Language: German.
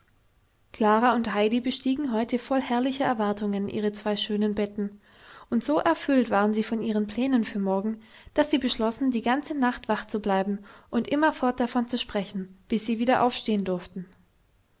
klara und heidi bestiegen heute voll herrlicher erwartungen ihre zwei schönen betten und so erfüllt waren sie von ihren plänen für morgen daß sie beschlossen die ganze nacht wach zu bleiben und immerfort davon zu sprechen bis sie wieder aufstehen durften